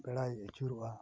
ᱵᱮᱲᱟᱭ ᱟᱹᱪᱩᱨᱚᱜᱼᱟ